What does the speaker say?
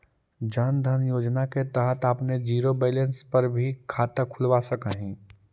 जन धन योजना के तहत आपने जीरो बैलेंस पर भी खाता खुलवा सकऽ हिअ